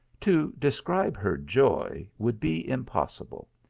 to describe her joy would be impossible.